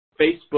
Facebook